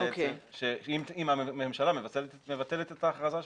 שאם הממשלה מבטלת את ההכרזה שלה,